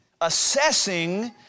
assessing